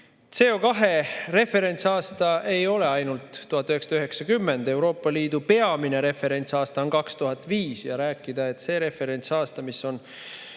CO2-referentsaasta ei ole ainult 1990, Euroopa Liidu peamine referentsaasta on 2005. Rääkida, et see referentsaasta, mis on